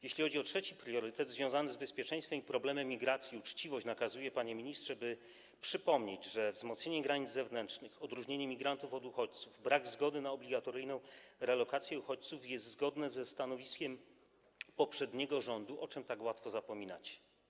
Jeśli chodzi o trzeci priorytet, związany z bezpieczeństwem i problemem migracji, uczciwość nakazuje, panie ministrze, by przypomnieć, że wzmocnienie granic zewnętrznych, odróżnienie migrantów od uchodźców, brak zgody na obligatoryjną relokację uchodźców - to wszystko jest zgodne ze stanowiskiem poprzedniego rządu, o czym tak łatwo zapominacie.